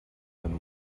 than